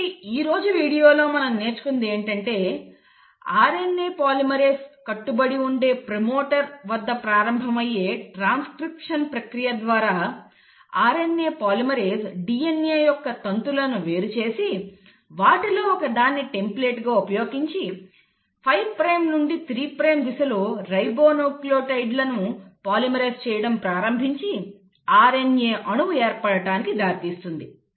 కాబట్టి ఈరోజు వీడియోలో మనం నేర్చుకున్నది ఏమిటంటే RNA పాలిమరేస్ కట్టుబడి ఉండే ప్రమోటర్ వద్ద ప్రారంభమయ్యే ట్రాన్స్క్రిప్షన్ ప్రక్రియ ద్వారా RNA పాలిమరేస్ DNA యొక్క తంతువులను వేరుచేసి వాటిలో ఒకదాన్ని టెంప్లేట్గా ఉపయోగించి 5 ప్రైమ్ నుండి 3 ప్రైమ్ దిశలో రిబోన్యూక్లియోటైడ్లను పాలిమరైజ్ చేయడం ప్రారంభించి RNA అణువు ఏర్పడటానికి దారితీస్తుంది